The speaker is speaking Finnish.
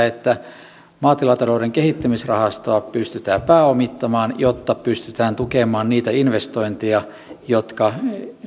että maatilatalouden kehittämisrahastoa pystytään pääomittamaan jotta pystytään tukemaan niitä investointeja jotka